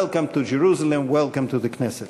Welcome to Jerusalem, welcome to the Knesset.